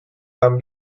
tan